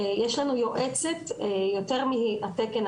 יש לנו יועצת יותר מהתקן,